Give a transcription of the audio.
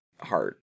heart